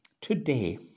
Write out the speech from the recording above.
today